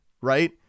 right